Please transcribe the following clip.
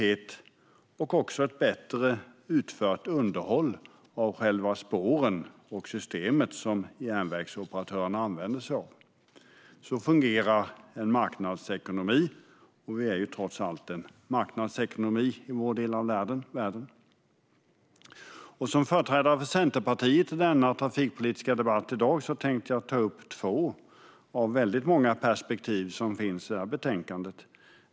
Det har även lett till ett bättre utfört underhåll av själva spåren och av det system som järnvägsoperatörerna använder sig av. Så fungerar en marknadsekonomi, och vi är trots allt en sådan i vår del av världen. Som företrädare för Centerpartiet i denna trafikpolitiska debatt tänkte jag ta upp två av många perspektiv i betänkandet.